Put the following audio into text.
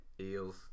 Eels